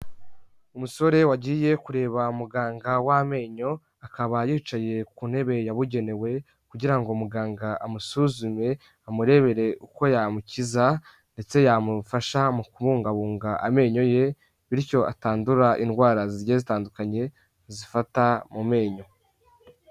Umusore wagiye kureba muganga w'amenyo akaba yicaye ku ntebe yabugenewe, kugira ngo muganga amusuzume amurebere uko yamukiza ndetse yamufasha mu kubungabunga amenyo ye bityo atandura indwara zigiye zitandukanye zifata mu menyo.